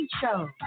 Show